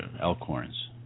Elkhorn's